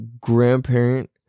grandparent